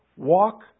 Walk